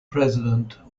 president